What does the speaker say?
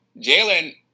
Jalen